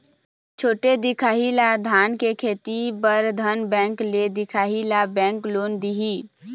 छोटे दिखाही ला धान के खेती बर धन बैंक ले दिखाही ला बैंक लोन दिही?